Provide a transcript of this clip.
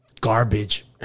garbage